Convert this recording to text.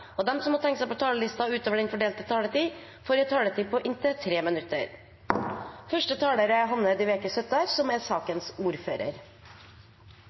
og dei talarane som måtte teikna seg på talarlista utover den fordelte taletida, får også ei taletid på inntil 3 minutt. Samiske kulturminner er